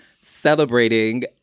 celebrating